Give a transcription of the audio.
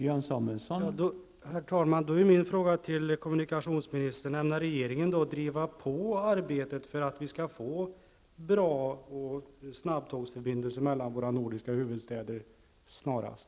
Herr talman! Då är min fråga till kommunikationsministern: Ämnar regeringen driva på arbetet för att vi skall få bra snabbtågsförbindelser mellan våra nordiska huvudstäder snarast?